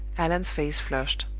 allan's face flushed.